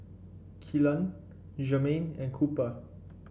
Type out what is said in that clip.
Kellan Germaine and Cooper